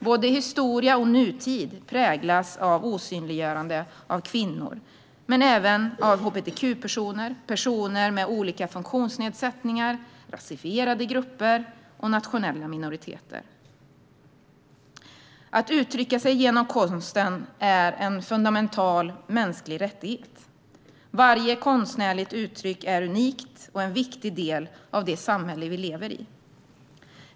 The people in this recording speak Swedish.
Både historia och nutid präglas av osynliggörande av kvinnor men även av hbtq-personer, personer med olika funktionsnedsättningar, rasifierade grupper och nationella minoriteter. Att uttrycka sig genom konsten är en fundamental mänsklig rättighet. Varje konstnärligt uttryck är unikt och en viktig del av det samhälle vi lever i.